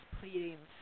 Pleading